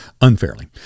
unfairly